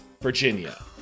Virginia